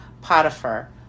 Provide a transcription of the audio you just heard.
Potiphar